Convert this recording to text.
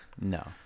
No